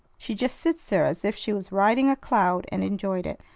she just sits there as if she was riding a cloud and enjoyed it.